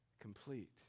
complete